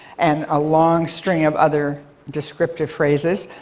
and a long string of other descriptive phrases,